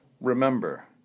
Remember